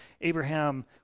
Abraham